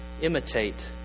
imitate